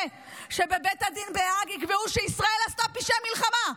שבבית הדין בהאג יקבעו שישראל עשתה פשעי מלחמה.